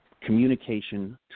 communication